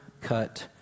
cut